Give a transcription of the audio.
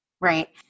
Right